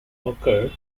occur